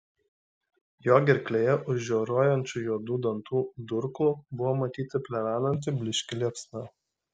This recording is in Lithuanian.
jo gerklėje už žioruojančių juodų dantų durklų buvo matyti plevenanti blyški liepsna